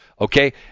okay